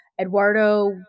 Eduardo